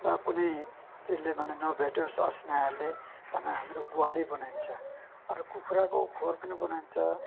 वा कुनै चिजले पनि नभेटोस् असिनाहरूले भनेर हाम्रो ग्वाली बनाइन्छ अरू कुखुराको खोर पनि बनाइन्छ